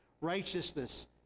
righteousness